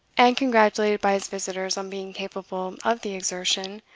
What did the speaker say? and congratulated by his visitors on being capable of the exertion,